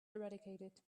eradicated